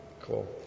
cool